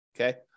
Okay